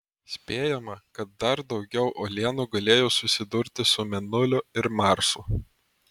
spėjama kad dar daugiau uolienų galėjo susidurti su mėnuliu ir marsu